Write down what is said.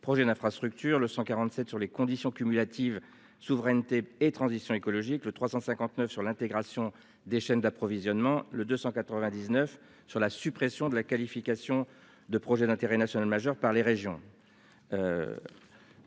projets d'infrastructures, le 147 sur les conditions cumulatives souveraineté et transition écologique le 359 sur l'intégration des chaînes d'approvisionnement. Le 299 sur la suppression de la qualification de projets d'intérêt national majeur par les régions.